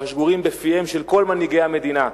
שגורים בפיהם של כל מנהיגי המדינה,